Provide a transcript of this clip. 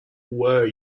were